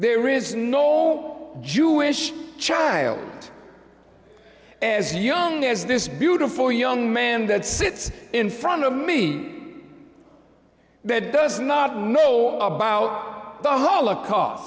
there is no jewish child and as young as this beautiful young man that sits in front of me that does not know about the holocaust